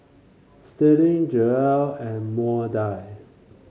Sterling Joell and Maudie